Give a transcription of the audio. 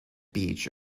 beech